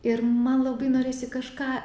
ir man labai norisi kažką